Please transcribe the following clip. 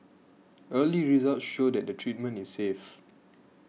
early results show that the treatment is safe